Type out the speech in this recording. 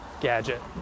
gadget